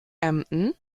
emden